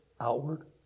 outward